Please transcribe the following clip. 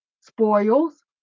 spoils